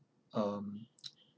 um